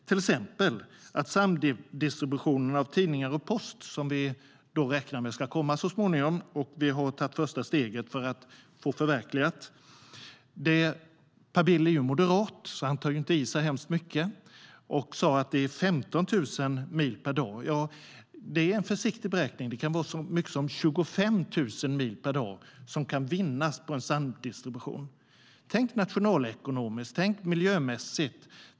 Vi räknar med att det så småningom ska bli en samdistribution av tidningar och post, och vi har tagit första steget för att förverkliga detta. Per Bill är moderat, och han tar inte i så mycket. Han sa att det är fråga om 15 000 mil per dag. Det är en försiktig beräkning. Det kan vara så mycket som 25 000 mil per dag som kan vinnas på en samdistribution. Tänk nationalekonomiskt. Tänk miljömässigt.